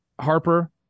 Harper